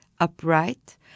upright